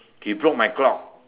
he broke my clock